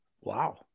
wow